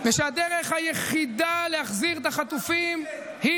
ושהדרך היחידה להחזיר את החטופים היא